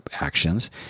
actions